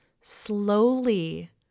slowly